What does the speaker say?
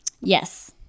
Yes